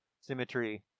Symmetry